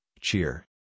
cheer